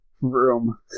room